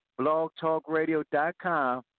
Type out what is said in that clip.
blogtalkradio.com